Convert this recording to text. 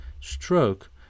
stroke